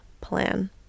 plan